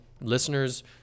listeners